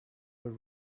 were